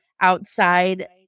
outside